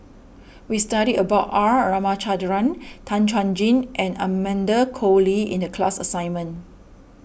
we studied about R Ramachandran Tan Chuan Jin and Amanda Koe Lee in the class assignment